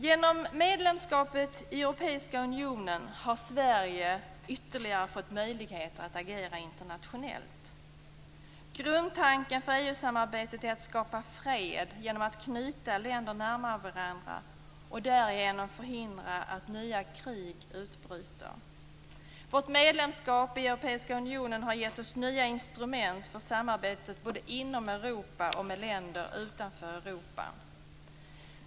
Genom medlemskapet i Europeiska unionen har Sverige fått ytterligare möjligheter att agera internationellt. Grundtanken för EU-samarbetet är att skapa fred genom att knyta länder närmare varandra och därigenom förhindra att nya krig utbryter. Vårt medlemskap i Europeiska unionen har gett oss nya instrument för samarbetet både inom Europa och med länder utanför Europa.